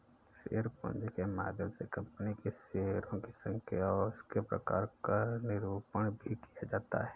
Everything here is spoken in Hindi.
शेयर पूंजी के माध्यम से कंपनी के शेयरों की संख्या और उसके प्रकार का निरूपण भी किया जाता है